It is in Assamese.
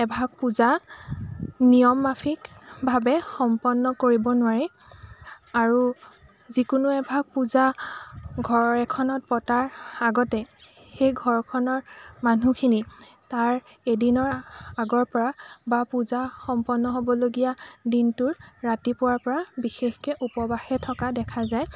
এভাগ পূজা নিয়মমাফিকভাৱে সম্পন্ন কৰিব নোৱাৰি আৰু যিকোনো এভাগ পূজা ঘৰ এখনত পতাৰ আগতে সেই ঘৰখনৰ মানুহখিনি তাৰ এদিনৰ আগৰ পৰা বা পূজা সম্পন্ন হ'বলগীয়া দিনটোৰ ৰাতিপুৱাৰ পৰা বিশেষকৈ উপবাসে থকা দেখা যায়